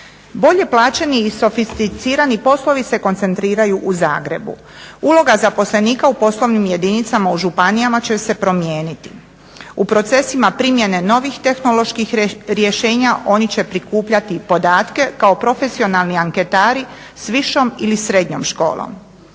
Bolje plaće i sofisticirani poslovi se koncentriraju u Zagrebu. Uloga zaposlenika u poslovnim jedinicama u županijama će se promijeniti u procesima primjene novih tehnoloških rješenja oni će prikupljati podatke kao profesionalni anketari s višom ili srednjom školom.